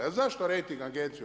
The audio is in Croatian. A zašto rejting agencije?